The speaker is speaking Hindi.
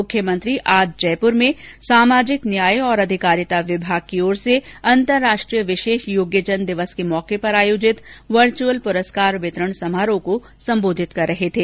मुख्यमंत्री आज जयपुर में सामाजिक न्याय और आधिकारिता विभाग की ओर से अंर्तराष्ट्रीय विशेष योग्यजन दिवस के मौके पर आयोजित वर्च्यअल पुरुस्कार वितरण समारोह को संबोधित कर रहे थे